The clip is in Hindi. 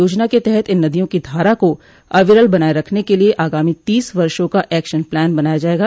योजना के तहत इन नदियों की धारा को अविरल बनाये रखने के लिये आगामी तीस वर्षो का एक्शन प्लान बनाया जायेगा